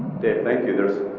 thank you. those,